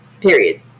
period